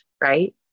right